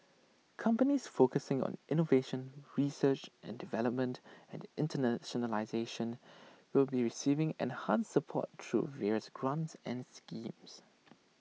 companies focusing on innovation research and development and internationalisation will be receiving enhanced support through various grants and schemes